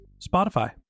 Spotify